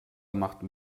machten